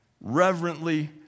reverently